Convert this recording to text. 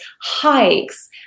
hikes